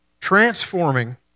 transforming